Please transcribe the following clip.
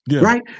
Right